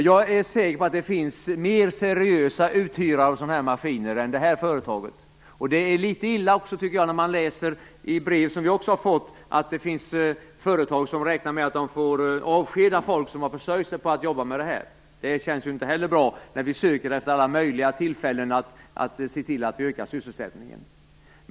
Jag är säker på att det finns mer seriösa uthyrare av sådana här maskiner än detta företag. Det är litet illa att det finns företag som räknar med att de får avskeda folk som har försörjt sig på att jobba med detta, vilket man läser i brev som vi har fått. Det känns inte heller bra när vi söker efter alla möjliga tillfällen att öka sysselsättningen.